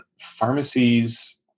pharmacies